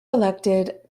elected